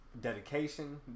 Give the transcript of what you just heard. dedication